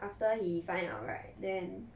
after he find out right then